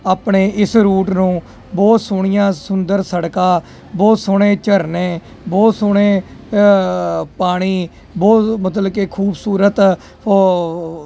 ਆਪਣੇ ਇਸ ਰੂਟ ਨੂੰ ਬਹੁਤ ਸੋਹਣੀਆਂ ਸੁੰਦਰ ਸੜਕਾਂ ਬਹੁਤ ਸੋਹਣੇ ਝਰਨੇ ਬਹੁਤ ਸੋਹਣੇ ਪਾਣੀ ਬਹੁਤ ਮਤਲਬ ਕਿ ਖੂਬਸੂਰਤ ਓਹ